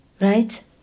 Right